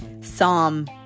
Psalm